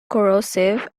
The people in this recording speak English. corrosive